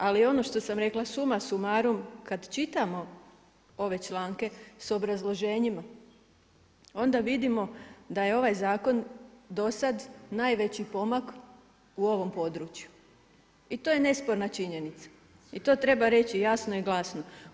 Ali ono što sam rekla, summa summarum kada čitamo ove članke s obrazloženjima onda vidimo da je ovaj zakon do sada najveći pomak u ovom području i to je nesporna činjenica i to treba reći jasno i glasno.